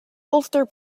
ulster